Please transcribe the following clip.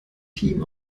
team